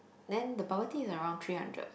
then the bubble tea is around three hundred